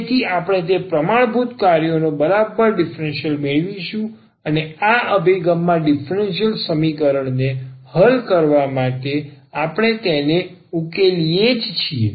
તેથી આપણે તે પ્રમાણભૂત કાર્યોનો બરાબર ડીફરન્સીયલ મેળવીશું અને આ અભિગમમાં ડીફરન્સીયલ સમીકરણ ને હલ કરવા માટે આપણે તેને ઉકેલીએ જ છીએ